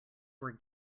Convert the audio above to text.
were